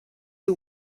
who